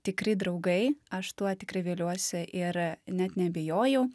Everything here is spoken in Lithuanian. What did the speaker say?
tikri draugai aš tuo tikrai viliuosi ir net neabejoju